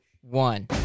one